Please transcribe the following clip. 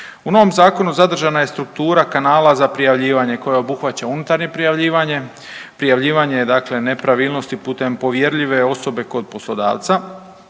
U novom zakonu zadržana je struktura kanala za prijavljivanje koja obuhvaća unutarnje prijavljivanje, prijavljivanje dakle nepravilnosti putem povjerljive osobe kod poslodavca.